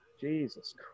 Jesus